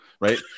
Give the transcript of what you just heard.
right